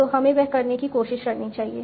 तो हमें वह करने की कोशिश करनी चाहिए